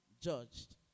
judged